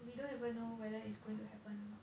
we don't even know whether it's going to happen or not